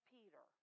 Peter